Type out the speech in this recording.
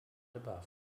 above